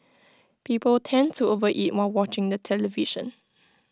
people tend to over eat while watching the television